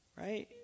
Right